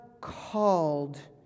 called